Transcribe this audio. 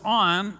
on